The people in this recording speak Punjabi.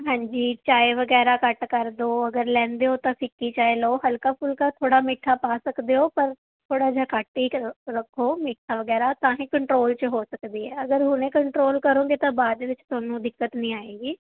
ਹਾਂਜੀ ਚਾਹ ਵਗੈਰਾ ਘੱਟ ਕਰ ਦਿਓ ਅਗਰ ਲੈਂਦੇ ਹੋ ਤਾਂ ਫਿੱਕੀ ਚਾਏ ਲਓ ਹਲਕਾ ਫੁਲਕਾ ਥੋੜ੍ਹਾ ਮਿੱਠਾ ਪਾ ਸਕਦੇ ਹੋ ਪਰ ਥੋੜ੍ਹਾ ਜਿਹਾ ਘੱਟ ਹੀ ਰੱਖੋ ਮਿੱਠਾ ਵਗੈਰਾ ਤਾਂ ਹੀ ਕੰਟਰੋਲ 'ਚ ਹੋ ਸਕਦੀ ਹੈ ਅਗਰ ਹੁਣੇ ਕੰਟਰੋਲ ਕਰੋਗੇ ਤਾਂ ਬਾਅਦ ਦੇ ਵਿੱਚ ਤੁਹਾਨੂੰ ਦਿੱਕਤ ਨਹੀਂ ਆਏਗੀ